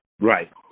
Right